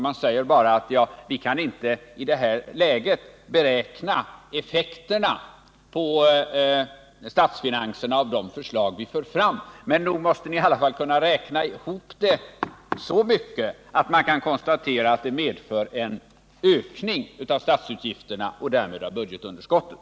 Man säger bara: Vi kan inte i det här läget beräkna effekterna på statsfinanserna av de förslag som vi för fram. Men nog måste ni väl i alla fall kunna räkna ihop det så mycket att ni kan konstatera att det medför en ökning av statsutgifterna och därmed av budgetunderskottet!